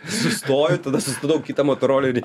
sustoju tada sustabdau kitą motorolerį